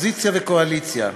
אופוזיציה וקואליציה.